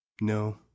No